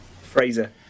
Fraser